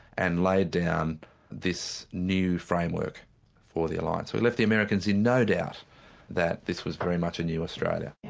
and laid down this new framework for the alliance. we left the americans in no doubt that this was very much a new australia.